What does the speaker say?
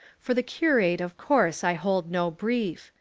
for the curate of course i hold no brief.